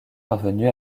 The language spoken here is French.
parvenus